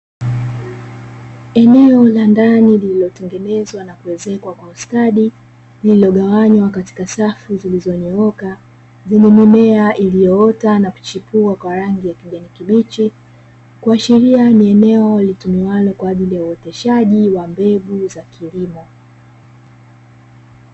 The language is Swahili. Eneo la ndani lililotengenezwa na kuezekwa kwa ustadi, lililogawanywa katika safu zilizonyooka, zenye mimea iliyoota na kuchipua kwa rangi ya kijani kibichi, kuashiria ni eneo linalotumiwa kwa ajili ya uoteshaji wa mbegu za kilimo.